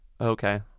okay